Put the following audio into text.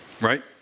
Right